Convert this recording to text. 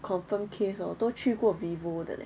confirmed case hor 都去过 vivo 的 leh